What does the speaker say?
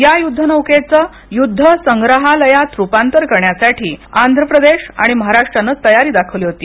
या युद्धनौकेचं युद्धसंग्रहालात रूपांतर करण्यासाठी आंध्र प्रदेश आणि महाराष्ट्राने तयारी दाखविली होती